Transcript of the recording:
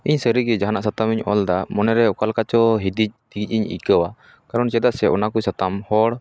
ᱤᱧ ᱥᱟᱹᱨᱤ ᱜᱮ ᱡᱟᱦᱟᱱᱟᱜ ᱥᱟᱛᱟᱢᱤᱧ ᱚᱞ ᱮᱫᱟ ᱢᱚᱱᱮ ᱨᱮ ᱚᱠᱟ ᱞᱮᱠᱟ ᱪᱚ ᱦᱤᱫᱤᱡ ᱫᱤᱡ ᱤᱧ ᱟᱹᱭᱠᱟᱹᱣᱟ ᱠᱟᱨᱚᱱ ᱪᱮᱫᱟᱜ ᱥᱮ ᱚᱱᱟ ᱠᱚ ᱥᱟᱛᱟᱢ ᱦᱚᱲ